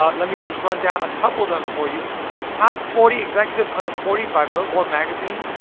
ah let me just run down a couple of them for you top forty executives under forty by billboard magazine,